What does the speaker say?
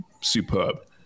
superb